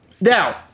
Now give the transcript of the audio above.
Now